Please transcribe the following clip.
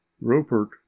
rupert